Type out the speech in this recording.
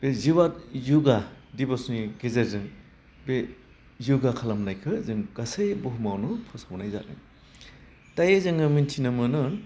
बे जिआट य'गा दिबसनि गेजेरजों बे य'गा खालामनायखो जों गासै बुहुमावनो फोसावनाय जादों दायो जोङो मिथिनो मोनो